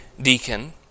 deacon